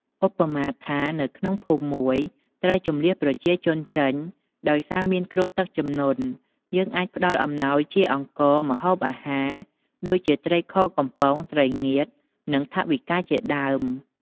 ឧបមាថា នៅក្នុងភូមិមួយត្រូវជម្លៀសប្រជាជនចេញដោយសារមានគ្រោះទឹកជំនន់ យើងអាចផ្តល់អំណោយជា អង្ករ ម្ហូបអាហារ ដូចជា ត្រីខកំប៉ុង ត្រីងៀត និង ថវិកាជាដើម។